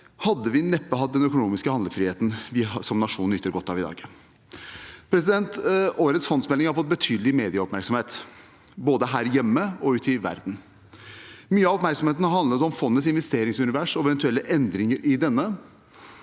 hadde vi neppe hatt den økonomiske handlefriheten vi som nasjon nyter godt av i dag. Årets fondsmelding har fått betydelig medieoppmerksomhet, både her hjemme og ute i verden. Mye av oppmerksomheten har handlet om fondets investeringsunivers og eventuelle endringer i denne.